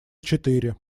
четыре